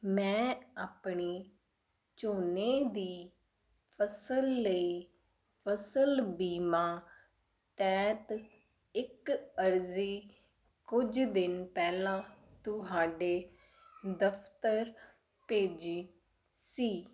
ਮੈਂ ਆਪਣੀ ਝੋਨੇ ਦੀ ਫਸਲ ਲਈ ਫਸਲ ਬੀਮਾ ਤਹਿਤ ਇੱਕ ਅਰਜ਼ੀ ਕੁਝ ਦਿਨ ਪਹਿਲਾਂ ਤੁਹਾਡੇ ਦਫਤਰ ਭੇਜੀ ਸੀ